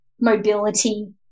mobility